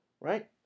Right